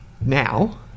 now